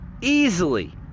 easily